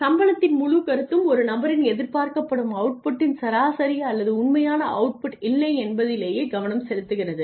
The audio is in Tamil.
சம்பளத்தின் முழு கருத்தும் ஒரு நபரின் எதிர்பார்க்கப்படும் அவுட் புட்டின் சராசரி அல்லது உண்மையான அவுட் புட் இல்லை என்பதிலயே கவனம் செலுத்துகிறது